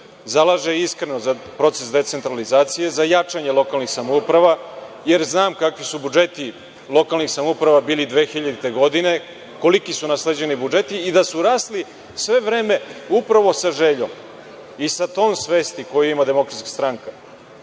zalaže za proces decentralizacije, za jačanje lokalnih samouprava, jer znam kakvi su budžeti lokalnih samouprava bili 2000. godine, koliki su nasleđeni budžeti i da su rasli sve vreme sa željom i sa tom svesti koju ima DS da